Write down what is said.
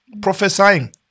prophesying